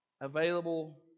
available